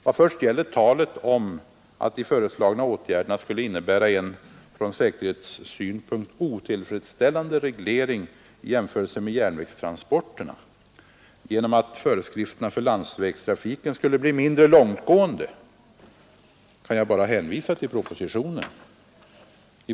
Vad först gäller talet om att de föreslagna åtgärderna skulle innebära en från säkerhetssynpunkt otillfredsställande reglering i jämförelse med järnvägstransporterna genom att föreskrifterna för landsvägstrafiken skulle bli mindre långtgående kan jag bara hänvisa till propositionen.